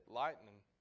lightning